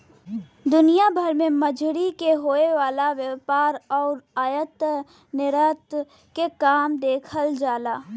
दुनिया भर में मछरी के होये वाला व्यापार आउर आयात निर्यात के काम देखल जाला